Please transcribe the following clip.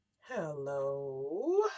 Hello